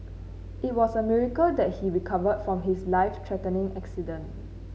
it was a miracle that he recovered from his life threatening accident